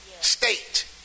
state